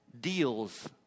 deals